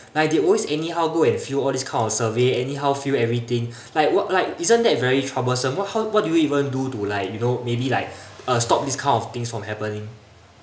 like they always anyhow go and fill all this kind of survey anyhow fill everything like what like isn't that very troublesome what how do you even do to like you know maybe like uh stop this kind of things from happening